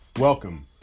Welcome